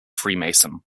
freemason